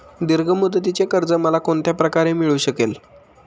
दीर्घ मुदतीचे कर्ज मला कोणत्या प्रकारे मिळू शकेल?